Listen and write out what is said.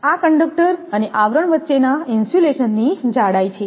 આ કંડક્ટર અને આવરણ વચ્ચેના ઇન્સ્યુલેશનની જાડાઈ છે